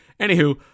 Anywho